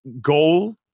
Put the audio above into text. goal